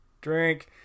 Drink